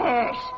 Yes